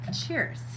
Cheers